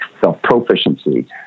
self-proficiency